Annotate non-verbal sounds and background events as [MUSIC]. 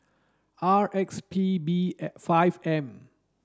R X P B [UNINTELLIGIBLE] five M